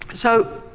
so,